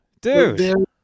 Dude